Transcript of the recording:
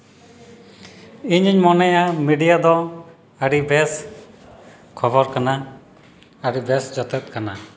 ᱤᱧᱤᱧ ᱢᱚᱱᱮᱭᱟ ᱢᱤᱰᱤᱭᱟ ᱫᱚ ᱟᱹᱰᱤ ᱵᱮᱥ ᱠᱷᱚᱵᱚᱨ ᱠᱟᱱᱟ ᱟᱹᱰᱤ ᱵᱮᱥ ᱡᱚᱛᱮᱛ ᱠᱟᱱᱟ